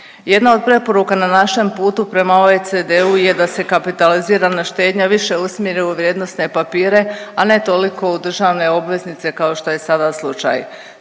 Jedna od preporuka na našem putu prema OECD-u je da se kapitalizirana štednja više usmjeri u vrijednosne papire, a ne toliko u državne obveznice kao što je sada slučaj.